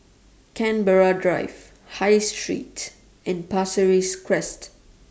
Canberra Drive High Street and Pasir Ris Crest